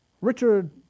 Richard